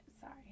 sorry